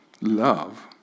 love